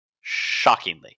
shockingly